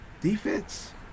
Defense